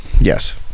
yes